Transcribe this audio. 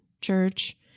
church